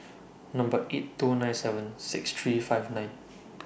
Number eight two nine seven six three five nine